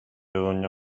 doña